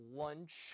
lunch